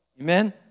amen